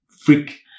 freak